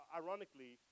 ironically